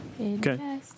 Okay